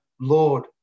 Lord